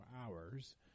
hours